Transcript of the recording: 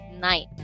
night